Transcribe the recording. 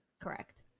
Correct